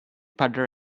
butter